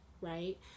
right